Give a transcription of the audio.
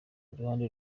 ruhande